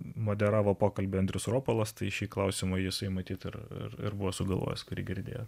moderavo pokalbio andrius ropolas tai šį klausimą jisai matyt ir buvo sugalvojęs kurį girdėjo